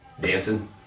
Dancing